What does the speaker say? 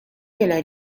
della